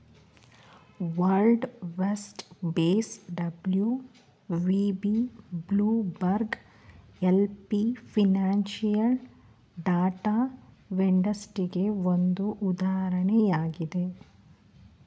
world waste base W V B, Bloomberg L P financial data ವೆಂಡರ್ಸ್ಗೆಗೆ ಒಂದು ಉದಾಹರಣೆಯಾಗಿದೆ